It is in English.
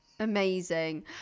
Amazing